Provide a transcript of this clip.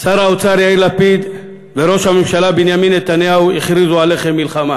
שר האוצר יאיר לפיד וראש הממשלה בנימין נתניהו הכריזו עליכם מלחמה,